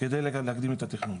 על מנת להקדים את התכנון.